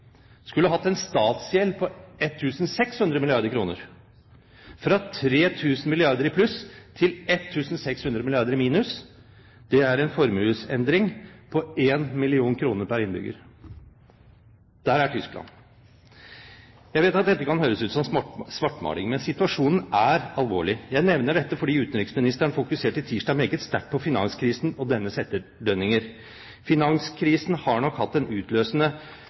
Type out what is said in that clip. skulle hatt en statsgjeld på 1 600 milliarder kr – fra 3 000 milliarder kr i pluss til 1 600 milliarder kr i minus. Det er en formuesendring på 1 mill. kr pr. innbygger. Der er Tyskland. Jeg vet at dette kan høres ut som svartmaling, men situasjonen er alvorlig. Jeg nevner dette fordi utenriksministeren fokuserte tirsdag meget sterkt på finanskrisen og dennes etterdønninger. Finanskrisen har nok hatt en utløsende